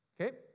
Okay